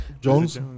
Jones